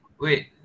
wait